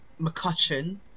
McCutcheon